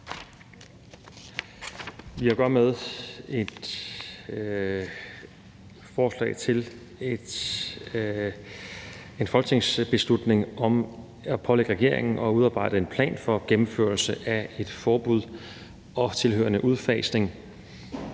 her at gøre med et forslag til folketingsbeslutning, som pålægger regeringen at udarbejde en plan for en gennemførelse af et forbud og en tilhørende udfasning